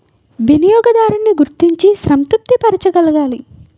వినియోగదారున్ని గుర్తించి సంతృప్తి పరచగలగాలి